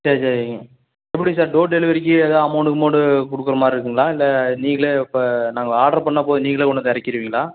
சேரி சரிங்க எப்படி சார் டோர் டெலிவெரிக்கு எதா அமௌன்ட்டு கிமௌன்ட்டு கொடுக்கறமாரி இருக்குங்களா இல்லை நீங்களே இப்போ நாங்கள் ஆட்ரு பண்ணா போதும் நீங்களே கொண்டு வந்து இறக்கிருவிங்களா